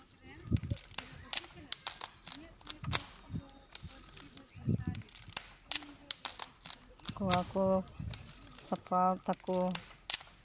ᱠᱚᱲᱟ ᱠᱚ ᱥᱟᱯᱲᱟᱣ ᱛᱟᱠᱚ